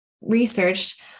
researched